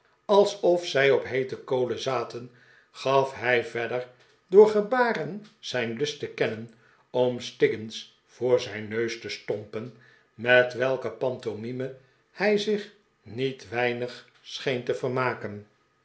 alsof zij op heete kol n zaten gaf hij verder door gebaren zijn lust te kennen ora stiggins voor zijn neus te stompen met welke pantomime hij zieh niet weinig scheen te vermaken